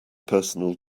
personal